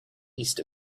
east